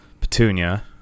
petunia